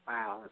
Wow